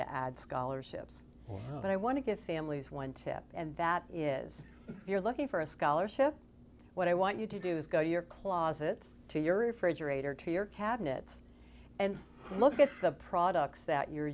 to add scholarships but i want to give families one tip and that is if you're looking for a scholarship what i want you to do is go to your closets to your refrigerator to your cabinets and look at the products that you're